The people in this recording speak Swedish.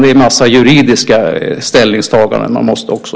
Det är en massa juridiska ställningstaganden också.